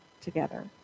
together